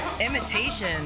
Imitation